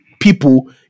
people